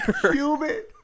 human